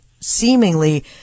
seemingly